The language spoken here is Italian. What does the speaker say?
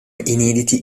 inediti